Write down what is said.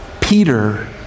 Peter